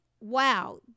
wow